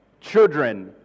children